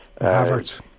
Havertz